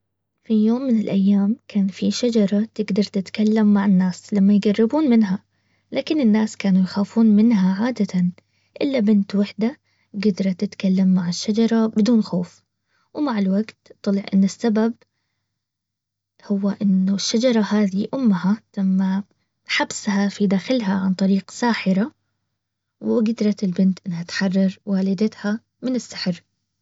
في يوم من الايام كان في شجرة تقدر تتكلم مع الناس لما يقربون منها. لكن الناس كانوا يخافون منها عادة الا بنت وحدة قدرت تتكلم مع الشجرة بدون خوف. ومع الوقت طلع ان السبب هو إنه الشجرة هذي امها لما حبسها في داخلها عن طريق ساحرة. وقدرت البنت انها تحرر والدتها من السحر